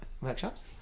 workshops